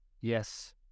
Yes